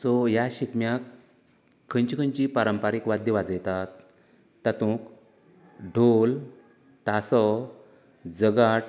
so ह्या शिगम्यांक खंयची खंयची पारंपारिक वाद्यां वाजयतात तातूंक ढोल तासो जगांट